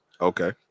Okay